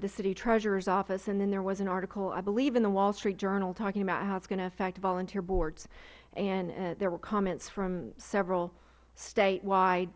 the city treasurers office and then there was an article i believe in the wall street journal talking about how it is going to affect volunteer boards and there were comments from several state wide